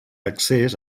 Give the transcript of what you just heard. accés